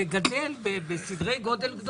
5 מיליון שקל?